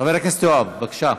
חבר הכנסת יואב, בבקשה.